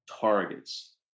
targets